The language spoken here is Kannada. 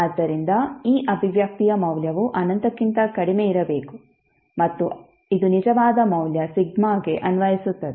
ಆದ್ದರಿಂದ ಈ ಅಭಿವ್ಯಕ್ತಿಯ ಮೌಲ್ಯವು ಅನಂತಕ್ಕಿಂತ ಕಡಿಮೆಯಿರಬೇಕು ಮತ್ತು ಇದು ನಿಜವಾದ ಮೌಲ್ಯ ಸಿಗ್ಮಾಗೆ ಅನ್ವಯಿಸುತ್ತದೆ